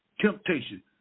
temptation